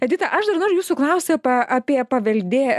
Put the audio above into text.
edita aš dar noriu jūsų klaust apie apie paveldė